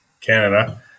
Canada